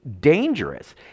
dangerous